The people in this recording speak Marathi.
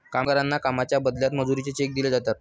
कामगारांना कामाच्या बदल्यात मजुरीचे चेक दिले जातात